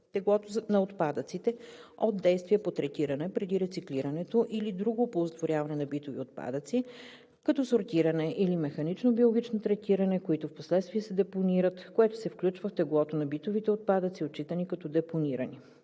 теглото на отпадъците от действия по третиране преди рециклирането или друго оползотворяване на битови отпадъци, като сортиране или механично биологично третиране, които впоследствие се депонират, което се включва в теглото на битовите отпадъци, отчитани като депонирани;